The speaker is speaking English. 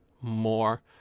more